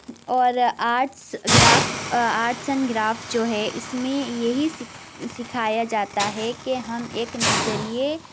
اور arts craft arts and craft جو ہے اس میں یہی سکھ سکھایا جاتا ہے کہ ہم ایک نظریے